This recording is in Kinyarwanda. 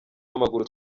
w’amaguru